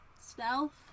Stealth